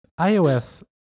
iOS